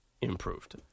improved